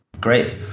Great